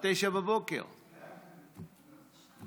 עד 09:00. כן,